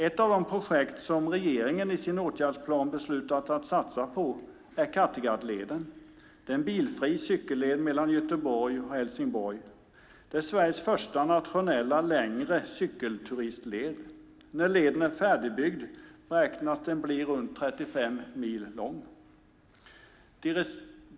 Ett av de projekt som regeringen i sin åtgärdsplan beslutat att satsa på är Kattegattleden. Det är en bilfri cykelled mellan Göteborg och Helsingborg. Det är Sveriges första nationella längre cykelturistled. När leden är färdigbyggd beräknas den bli runt 35 mil lång.